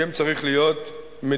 השם צריך להיות מדויק